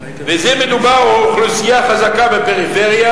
ומדובר באוכלוסייה חזקה בפריפריה,